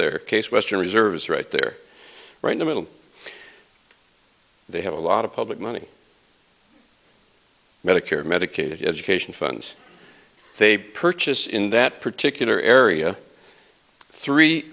there case western reserve is right there right now middle they have a lot of public money medicare medicaid education funds they purchase in that particular area three